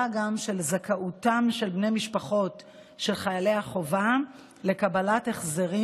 זכאותם של בני משפחות של חיילי החובה לקבלת החזרים